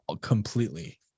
Completely